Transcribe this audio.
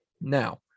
Now